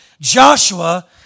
Joshua